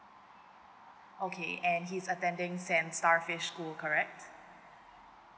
okay and he's attending saint starfish school correct